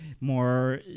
more